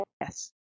yes